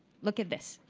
look at this.